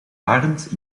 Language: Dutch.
arend